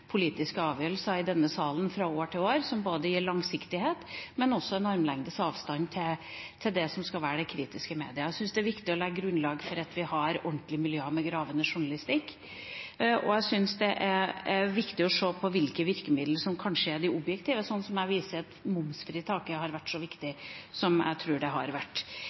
politiske avgjørelser i denne salen fra år til år, men som gir både langsiktighet og en armlengdes avstand til det som skal være de kritiske media. Jeg syns det er viktig å legge grunnlag for at vi har ordentlige miljøer med gravende journalistikk, og jeg syns det er viktig å se på hvilke virkemidler som kanskje er de objektive, slik som det jeg viser til, at momsfritaket har vært så viktig som jeg tror det har vært.